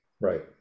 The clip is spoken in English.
right